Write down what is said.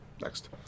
Next